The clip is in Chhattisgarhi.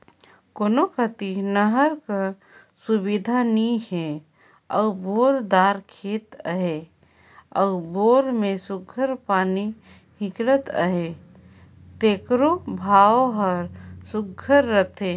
कोनो कती नहर कर सुबिधा नी हे अउ बोर दार खेत अहे अउ बोर में सुग्घर पानी हिंकलत अहे तेकरो भाव हर सुघर रहथे